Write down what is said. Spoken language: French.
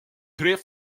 très